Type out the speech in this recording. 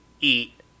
eat